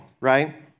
right